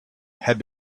had